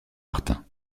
martin